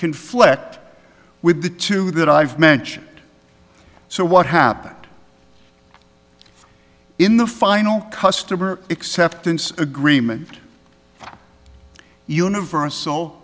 conflict with the two that i've mentioned so what happened in the final customer acceptance agreement universal